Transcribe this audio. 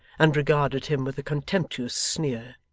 and regarded him with a contemptuous sneer.